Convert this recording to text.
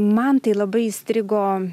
man tai labai įstrigo